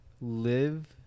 live